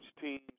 teams